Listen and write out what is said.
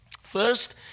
First